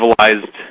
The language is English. civilized